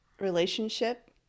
relationship